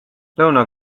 lõuna